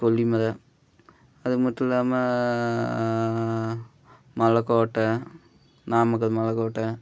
கொல்லி மலை அது மட்டும் இல்லாமல் மலைக்கோட்ட நாமக்கல் மலைக்கோட்ட